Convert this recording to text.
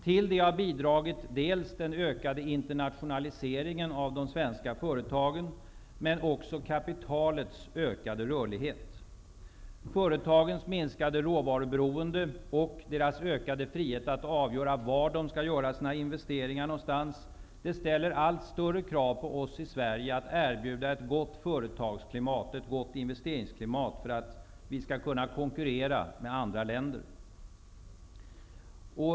Till det har bidragit dels den ökade internationaliseringen av de svenska företagen, dels kapitalets ökade rörlighet. Företagens minskade råvaruberoende och deras ökade frihet att avgöra var de skall göra sina investeringar ställer allt större krav på oss i Sverige att erbjuda ett gott företagsklimat och ett gott investeringsklimat för att vi skall kunna konkurrera med andra länder.